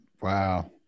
Wow